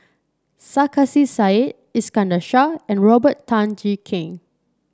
Sarkasi Said Iskandar Shah and Robert Tan Jee Keng